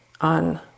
on